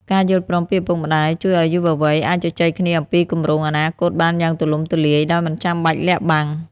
ការយល់ព្រមពីឪពុកម្ដាយជួយឱ្យយុវវ័យអាចជជែកគ្នាអំពីគម្រោងអនាគតបានយ៉ាងទូលំទូលាយ ដោយមិនចាំបាច់លាក់បាំង។